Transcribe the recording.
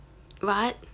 what